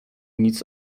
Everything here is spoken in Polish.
nic